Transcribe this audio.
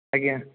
ଆଜ୍ଞା